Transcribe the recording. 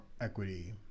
equity